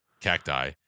cacti